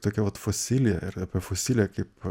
tokią vat fosiliją ir apie fosiliją kaip